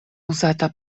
uzata